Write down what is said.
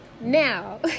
now